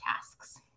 tasks